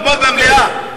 אתמול במליאה.